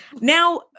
Now